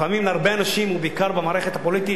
לפעמים, להרבה אנשים, ובעיקר במערכת הפוליטית,